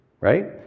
Right